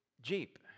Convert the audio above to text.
Jeep